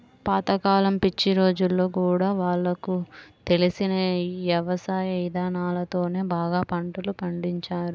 పాత కాలం పిచ్చి రోజుల్లో గూడా వాళ్లకు తెలిసిన యవసాయ ఇదానాలతోనే బాగానే పంటలు పండించారు